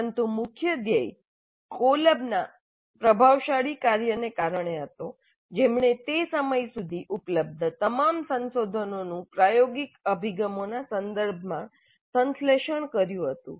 પરંતુ મુખ્ય ધ્યેય કોલબના પ્રભાવશાળી કાર્યને કારણે હતો જેમણે તે સમય સુધી ઉપલબ્ધ તમામ સંશોધનોનું પ્રાયોગિક અભિગમોના સંદર્ભમાં સંશ્લેષણ કર્યું હતું